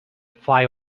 fly